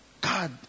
God